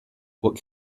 what